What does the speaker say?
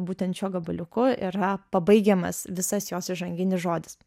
būtent šiuo gabaliuku yra pabaigiamas visas jos įžanginis žodis